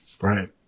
Right